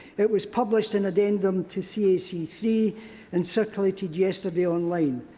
it was published in addendum to cac three and circulated yesterday online.